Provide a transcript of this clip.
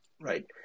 Right